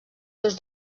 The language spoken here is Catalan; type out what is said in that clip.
tots